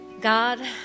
God